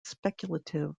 speculative